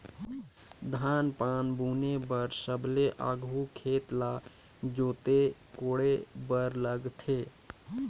धान पान बुने बर सबले आघु खेत ल जोते कोड़े बर लगथे